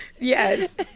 Yes